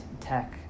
tech